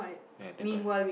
ya tempa~